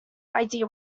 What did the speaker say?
idea